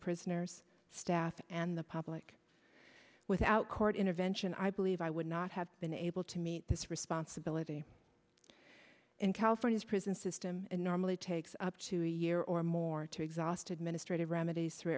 prisoners staff and the public without court intervention i believe i would not have been able to meet this responsibility in california's prison system and normally takes up to a year or more to exhaust administrative